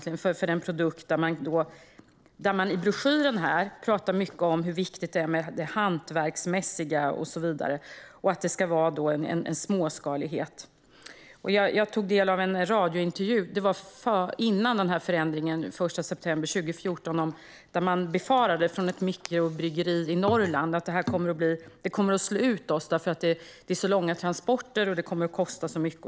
I broschyren pratar man mycket om hur viktigt det är med det hantverksmässiga och att det ska vara en småskalighet, men det är egentligen ganska tuffa villkor. Före förändringen den 1 september 2014 tog jag del av en radiointervju där man från ett mikrobryggeri i Norrland befarade att det här skulle slå ut dem, eftersom det är så långa transporter och kostar så mycket.